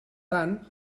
tant